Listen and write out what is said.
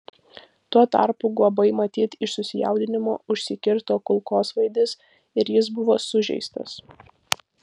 tuo tarpu guobai matyt iš susijaudinimo užsikirto kulkosvaidis ir jis buvo sužeistas